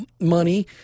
money